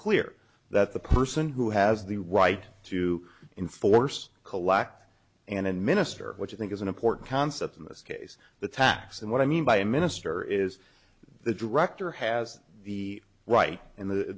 clear that the person who has the right to enforce collect and administer which i think is an important concept in this case the tax and what i mean by a minister is the director has the right and the